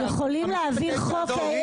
הם יכולים להעביר חוק